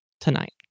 tonight